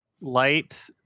Light